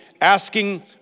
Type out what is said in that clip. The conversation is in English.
asking